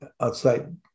outside